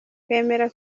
twemera